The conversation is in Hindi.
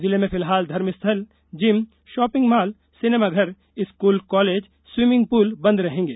जिले में फिलहाल धर्मस्थल जिम शॉपिंग मॉल सिनेमाघर स्कूल कॉलेज स्वीमिंग पूल बंद रहेंगे